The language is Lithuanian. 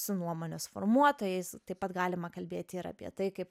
su nuomonės formuotojais taip pat galima kalbėti ir apie tai kaip